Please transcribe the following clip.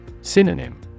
Synonym